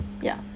ya